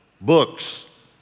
books